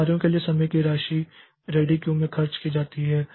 तो कार्यों के लिए समय की राशि रेडी क्यू में खर्च की जाती है